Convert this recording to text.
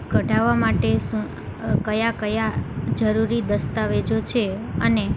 કઢાવવા માટે શું કયા કયા જરૂરી દસ્તાવેજો છે અને